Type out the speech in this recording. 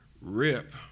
rip